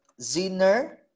Zener